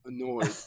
Annoyed